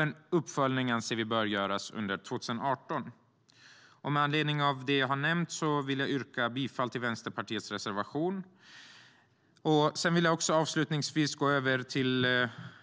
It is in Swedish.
En uppföljning bör göras under 2018.Låt mig avslutningsvis gå över till